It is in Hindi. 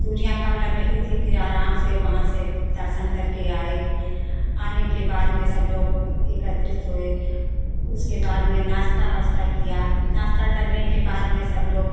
दूरियां कम लग रही थी फिर आराम से वहां से दर्शन करके आए आने के बाद में सब लोग एकत्रित हुए उसके बाद में नाश्ता वास्ता किया नाश्ता करने के बाद में सब लोग